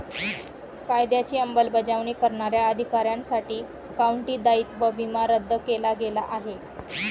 कायद्याची अंमलबजावणी करणाऱ्या अधिकाऱ्यांसाठी काउंटी दायित्व विमा रद्द केला गेला आहे